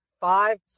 Five